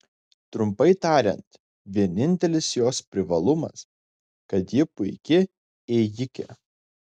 trumpai tariant vienintelis jos privalumas kad ji puiki ėjikė